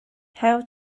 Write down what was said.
how